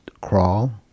crawl